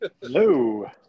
hello